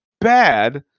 bad